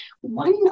One